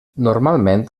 normalment